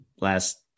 last